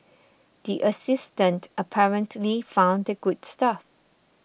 the assistant apparently found the good stuff